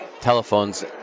telephones